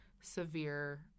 severe